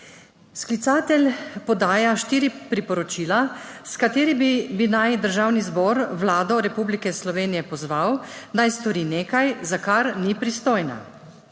Sklicatelj podaja štiri priporočila, s katerimi bi naj Državni zbor Vlado Republike Slovenije pozval naj stori nekaj za kar ni pristojna.